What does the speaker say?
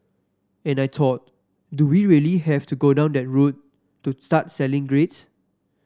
and I thought do we really have to go down that route to start selling grades